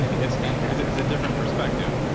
it's it's a different perspective.